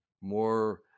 more